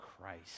Christ